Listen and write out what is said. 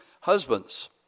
husbands